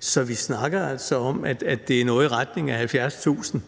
Så vi snakker altså om, at det er noget i retning af 70.000